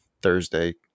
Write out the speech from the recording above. Thursday